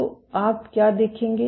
तो आप क्या देखेंगे